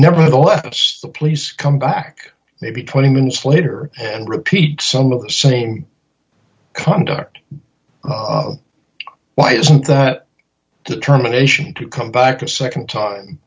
nevertheless the police come back maybe twenty minutes later and repeat some of the same conduct why isn't that determination to come back a nd time